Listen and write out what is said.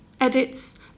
Edits